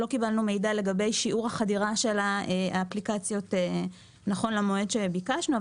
לא קיבלנו מידע לגבי שיעור החדירה של האפליקציות נכון למועד שביקשנו,